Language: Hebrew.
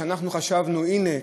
שחשבנו: הנה,